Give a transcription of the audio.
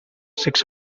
six